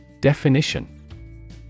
Definition